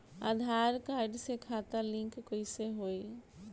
आधार card से खाता link कईसे होई?